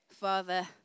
father